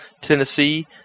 Tennessee